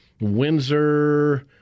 Windsor